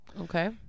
Okay